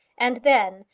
and then,